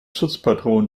schutzpatron